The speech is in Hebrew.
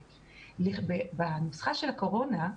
בנוסחה של הקורונה,